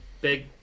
big